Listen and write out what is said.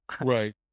Right